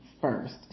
first